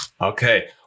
Okay